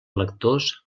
electors